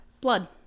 blood